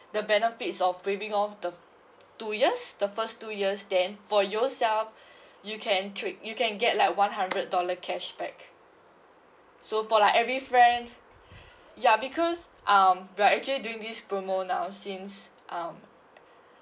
the benefits of waiving off the two years the first two years then for yourself you can trade you can get like one hundred dollar cashback so for like every friend ya because um we are actually doing this promo now since um